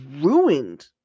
ruined